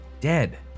dead